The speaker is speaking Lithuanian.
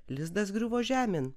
lizdas griuvo žemėn